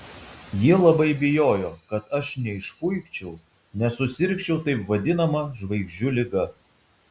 ji labai bijojo kad aš neišpuikčiau nesusirgčiau taip vadinama žvaigždžių liga